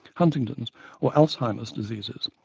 huntington's or alzheimer's diseases,